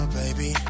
baby